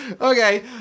Okay